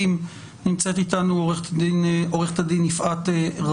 הערות פתיחה שלכם,